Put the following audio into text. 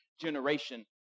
generation